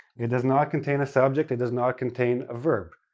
it does not contain a subject, it does not contain a verb.